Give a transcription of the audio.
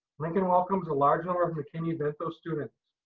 lincoln welcomes a large number of mckinney vento students.